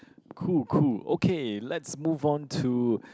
cool cool okay let's move on to